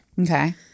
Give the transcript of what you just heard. Okay